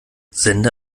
sende